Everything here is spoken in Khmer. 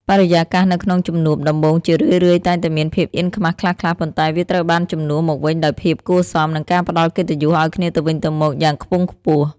បរិយាកាសនៅក្នុងជំនួបដំបូងជារឿយៗតែងតែមានភាពអៀនខ្មាសខ្លះៗ ប៉ុន្តែវាត្រូវបានជំនួសមកវិញដោយភាពគួរសម និងការផ្ដល់កិត្តិយសឱ្យគ្នាទៅវិញទៅមកយ៉ាងខ្ពង់ខ្ពស់។